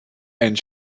and